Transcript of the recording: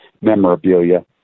memorabilia